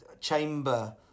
chamber